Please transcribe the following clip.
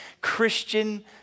Christian